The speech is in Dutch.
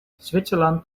zwitserland